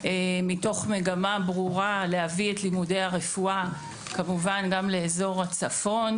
מתוך מגמה ברורה להביא את לימודי הרפואה כמובן גם לאזור הצפון.